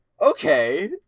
okay